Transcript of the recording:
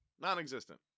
Non-existent